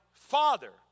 Father